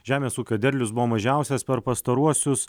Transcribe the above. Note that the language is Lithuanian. žemės ūkio derlius buvo mažiausias per pastaruosius